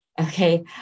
Okay